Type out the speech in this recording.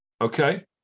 okay